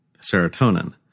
serotonin